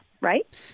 Right